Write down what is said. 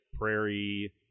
prairie